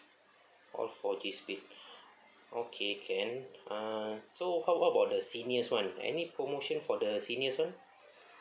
all four G speed okay can uh so how how about the seniors [one] any promotion for the seniors [one]